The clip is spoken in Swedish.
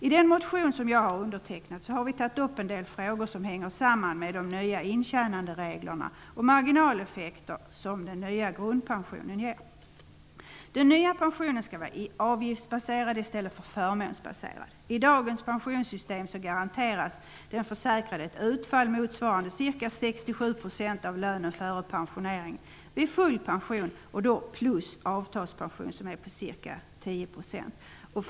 I den motion som jag har undertecknat har vi tagit upp en del frågor som hänger samman med de nya intjänandereglerna och de marginaleffekter som den nya grundpensionen medför. Den nya pensionen skall vara avgiftsbaserad i stället för förmånsbaserad. Med dagens pensionssystem garanteras den försäkrade vid full pension ett utfall motsvarande ca 67 % av lönen före pensioneringen plus avtalspension som motsvarar ca 10 %.